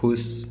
खुश